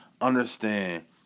understand